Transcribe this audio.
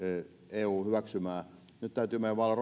eun hyväksymää nyt meidän täytyy vain